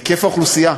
היקף האוכלוסייה,